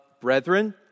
brethren